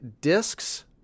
discs